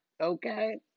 okay